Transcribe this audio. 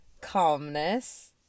calmness